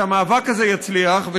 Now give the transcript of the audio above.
שהמאבק הזה יצליח,